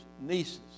nieces